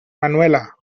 manuela